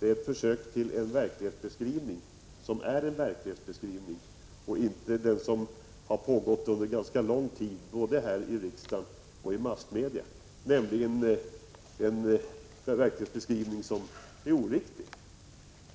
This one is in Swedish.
ett försök att åstadkomma en riktig verklighetsbeskrivning, till skillnad från den beskrivning som under ganska lång tid framförts både här i riksdagen och i massmedia och som är oriktig.